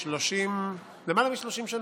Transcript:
כ-30, למעלה מ-30 שנה,